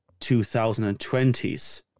2020s